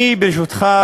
ברשותך,